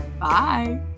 Bye